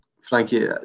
Frankie